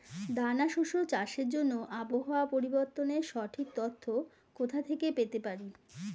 দানা শস্য চাষের জন্য আবহাওয়া পরিবর্তনের সঠিক তথ্য কোথা থেকে পেতে পারি?